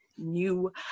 new